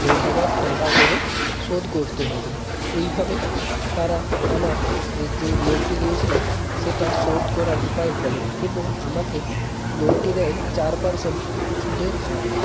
দেড় হাজার টাকা করে শোধ করতে হবে এইভাবে তারা আমার যেই লোনটি লিয়েছিলাম সেটা শোধ করার উপায় বলে এবং আমাকে লোনটি দেয় চার পার্সেন্ট সুদের হারে